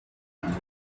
appear